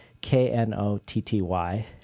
K-N-O-T-T-Y